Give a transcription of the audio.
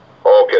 Okay